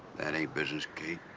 that ain't business, kate.